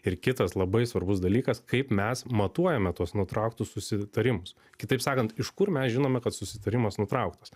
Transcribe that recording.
ir kitas labai svarbus dalykas kaip mes matuojame tuos nutrauktus susitarimus kitaip sakant iš kur mes žinome kad susitarimas nutrauktas